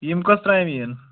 یِم کٔژ ترٛامہِ یِن